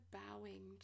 bowing